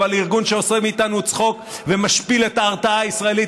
אבל לארגון שעוסק מאיתנו צחוק ומשפיל את ההרתעה הישראלית